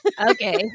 Okay